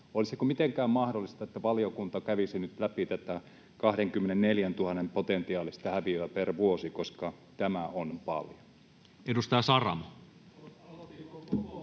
Olisiko mitenkään mahdollista, että valiokunta kävisi nyt läpi tätä 24 000 euron potentiaalista häviötä per vuosi, koska tämä on paljon? [Speech